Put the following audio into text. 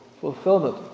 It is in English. fulfillment